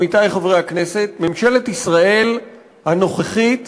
עמיתי חברי הכנסת, ממשלת ישראל הנוכחית